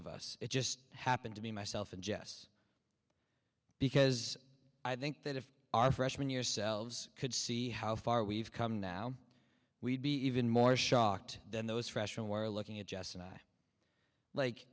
of us it just happened to be myself and jess because i think that if our freshman yourselves could see how far we've come now we'd be even more shocked than those freshman were looking at jess and i like